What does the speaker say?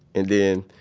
and then,